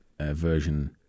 version